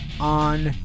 on